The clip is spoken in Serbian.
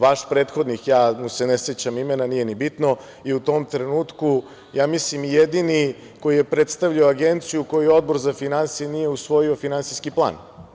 Vaš prethodnik, ja mu se ne sećam imena, nije ni bitno, je u tom trenutku, ja mislim jedini koji je predstavljao Agenciju koju je Odbor za finansije nije usvojio finansijski plan.